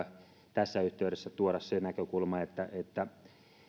tässä yhteydessä tuoda se näkökulma että että